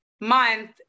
month